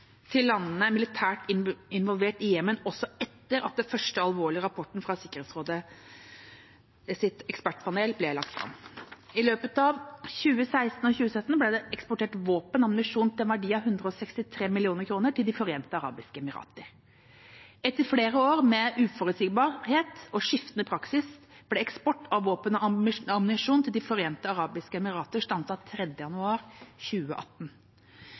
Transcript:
til land militært involvert i Jemen også etter at den første alvorlige rapporten fra Sikkerhetsrådets ekspertpanel ble lagt fram. I løpet av 2016 og 2017 ble det eksportert våpen og ammunisjon til en verdi av 163 mill. kr til De forente arabiske emirater. Etter flere år med uforutsigbarhet og skiftende praksis ble eksport av våpen og ammunisjon til De forente arabiske emirater stanset 3. januar 2018,